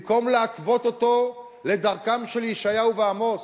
במקום להתוות אותו לדרכם של ישעיהו ועמוס,